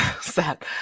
sad